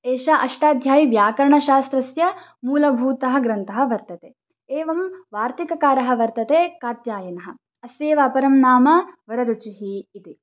एषा अष्टाध्यायी व्याकरणशास्त्रस्य मूलभूतः ग्रन्थः वर्तते एवं वार्तिककारः वर्तते कात्यायनः अस्यैव अपरं नाम वररुचिः इति